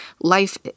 life